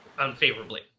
unfavorably